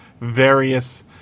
various